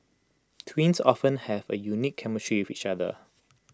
twins often have A unique chemistry with each other